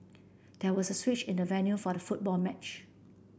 there was a switch in the venue for the football match